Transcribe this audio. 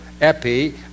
Epi